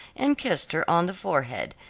and kissed her on the forehead,